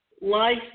life